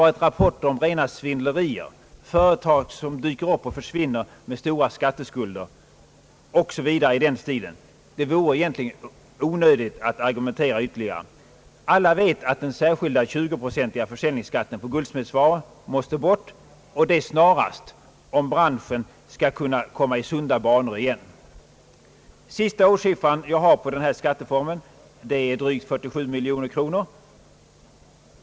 den ekonomiska politiken, m.m. rena svindlerier, företag som dyker upp och försvinner med stora skatteskulder m.m. i den stilen att det egentligen vore onödigt att argumentera ytterligare. Alla vet att den särskilda 20-procentiga försäljningsskatten på guldsmedsvaror måste bort och det snarast om branschen skall kunna komma i sunda banor igen. Sista årssiffran jag har på denna skatteform är drygt 47 miljoner kronor.